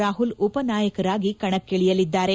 ರಾಹುಲ್ ಉಪನಾಯಕನಾಗಿ ಕಣಕ್ಕಿ ಳಿಯಲಿದ್ದಾರೆ